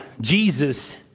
Jesus